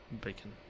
bacon